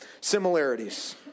Similarities